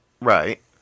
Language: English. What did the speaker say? Right